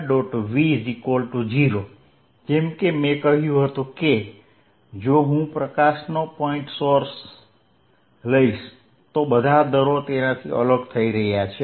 v0 જેમ કે મેં કહ્યું હતું કે જો હું પ્રકાશનો પોઇન્ટ સોર્સ લઈશ તો બધા દરો તેનાથી અલગ થઈ રહ્યા છે